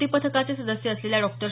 कृती पथकाचे सदस्य असलेल्या डॉ